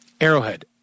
Arrowhead